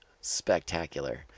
spectacular